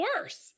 worse